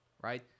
right